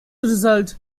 result